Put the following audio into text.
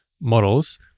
models